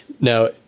Now